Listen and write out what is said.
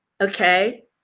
okay